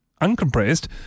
uncompressed